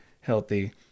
healthy